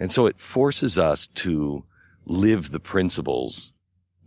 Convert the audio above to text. and so it forces us to live the principles